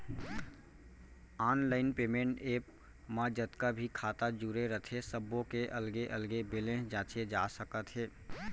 online payment app म जतका भी खाता जुरे रथे सब्बो के अलगे अलगे बेलेंस जांचे जा सकत हे